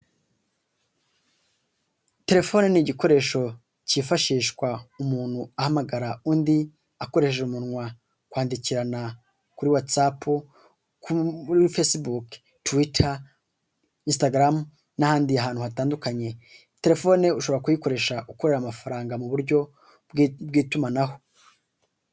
Telefone ni igikoresho cyifashishwa umuntu ahamagara undi akoresheje umunwa, kwandikirana kuri Whatsapp kuri Facebook, Twitter, Instagram n'ahandi hantu hatandukanye. Telefone ushobora kuyikoresha ukorera amafaranga mu buryo bw'itumanaho.